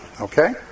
Okay